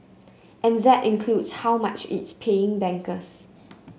and that includes how much it's paying bankers